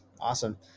awesome